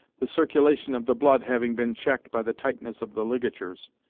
the circulation of the blood having been checked by the tightness of the ligatures,